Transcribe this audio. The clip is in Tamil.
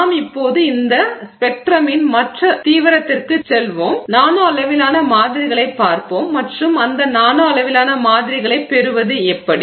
நாம் இப்போது இந்த ஸ்பெக்ட்ரமின் மற்ற தீவிரத்திற்குச் செல்வோம் நானோ அளவிலான மாதிரிகளைப் பார்ப்போம் மற்றும் அந்த நானோ அளவிலான மாதிரிகளைப் பெறுவது எப்படி